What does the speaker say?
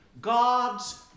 God's